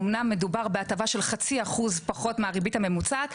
אמנם מדובר בהטבה של חצי אחוז פחות מהריבית הממוצעת,